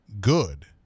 good